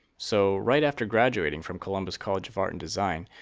so, right after graduating from columbus college of art and design,